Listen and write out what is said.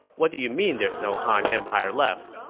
what do you mean there's no han empire left?